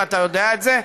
ואתה יודע את זה,